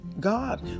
God